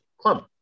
club